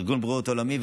ארגון הבריאות העולמי,